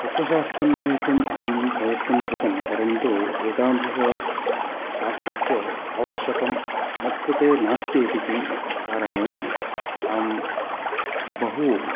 तत्वशास्त्रम् अधीतुम् अहं प्रयत्नं कृतं परन्तु एतादृशशास्त्रस्य आवश्यकं मत्कृते नास्तीति कारणेन अहं बहु